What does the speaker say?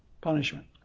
punishment